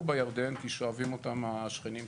בירדן כי שואבים אותם השכנים שלנו,